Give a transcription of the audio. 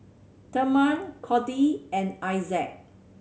Thurman Codi and Issac